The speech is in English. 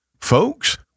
Folks